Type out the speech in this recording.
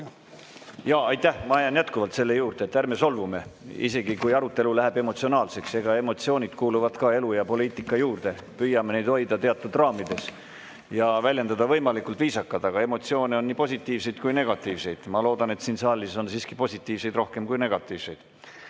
Aitäh! Ma jään jätkuvalt selle juurde, et ärme solvume, isegi kui arutelu läheb emotsionaalseks. Eks emotsioonid kuuluvad ka elu ja poliitika juurde, püüame neid hoida teatud raamides ja väljenduda võimalikult viisakalt. Aga emotsioone on nii positiivseid kui ka negatiivseid. Ma loodan, et siin saalis on siiski positiivseid rohkem kui negatiivseid.